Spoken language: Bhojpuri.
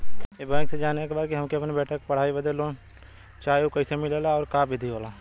ई बैंक से जाने के बा की हमे अपने बेटा के पढ़ाई बदे लोन चाही ऊ कैसे मिलेला और का विधि होला?